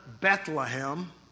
Bethlehem